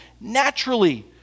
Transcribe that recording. naturally